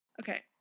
okay